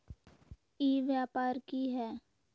ई व्यापार की हाय?